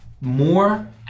more